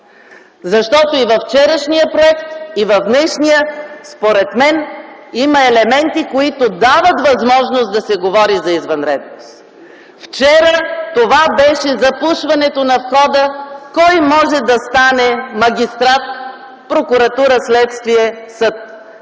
Защото и във вчерашния проект, и в днешния, според мен, има елементи, които дават възможност да се говори за извънредност. Вчера това беше запушването на входа – кой може да стане магистрат – прокуратура, следствие, съд?